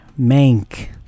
mank